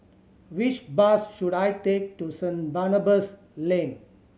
which bus should I take to Saint Barnabas Lane